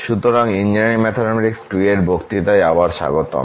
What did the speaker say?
সুতরাং engineering mathematics 2 এর বক্তৃতায় আবার স্বাগতম